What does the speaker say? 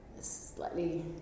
slightly